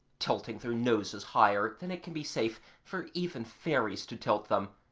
tilting their noses higher than it can be safe for even fairies to tilt them,